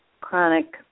chronic